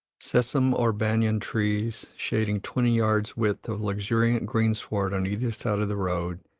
seesum or banyan trees, shading twenty yards' width of luxuriant greensward on either side of the road,